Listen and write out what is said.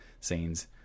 scenes